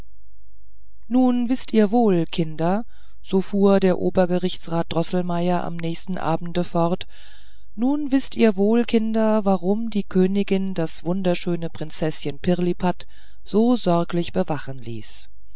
nun wißt ihr wohl kinder so fuhr der obergerichtsrat droßelmeier am nächsten abende fort nun wißt ihr wohl kinder warum die königin das wunderschöne prinzeßchen pirlipat so sorglich bewachen ließ